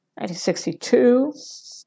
1962